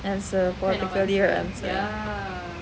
answer politically right answer